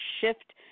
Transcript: shift